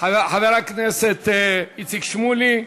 חבר הכנסת איציק שמולי,